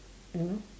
you know